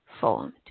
formed